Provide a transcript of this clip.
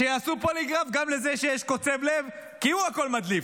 שיעשו פוליגרף גם לזה שיש קוצב לב כי הוא הכול מדליף.